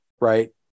Right